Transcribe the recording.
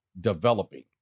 developing